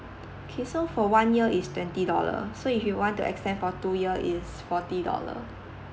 okay so for one year is twenty dollar so if you want to extend for two year it's forty dollar